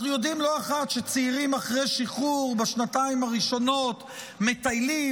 אנחנו יודעים לא אחת שצעירים אחרי השחרור בשנתיים הראשונות מטיילים,